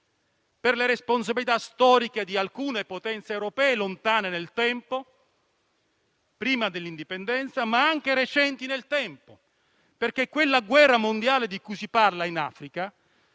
per le responsabilità storiche di alcune potenze europee lontane nel tempo, prima dell'indipendenza, ma anche recenti: quella guerra mondiale africana di cui si parla, infatti,